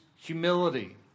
humility